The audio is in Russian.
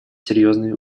серьезные